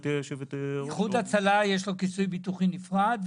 לאיחוד הצלה יש כיסוי ביטוחי נפרד,